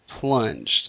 plunged